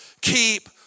keep